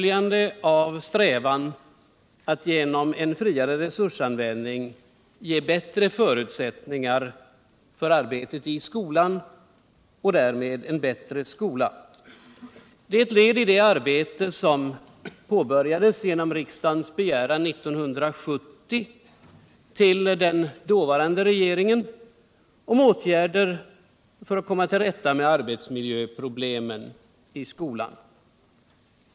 jande av strävandena att genom en friare resursanvändning ge bilttre förutsättningar för arbetet i skolan och därmed få ull stånd en bättre skola. Det är ett led i det arbete som påbörjades genom riksdagens begäran 1970 vill den dåvarande regeringen om åtgärder för att komma till rätta med arbetsmiljöproblemen i skolan.